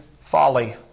folly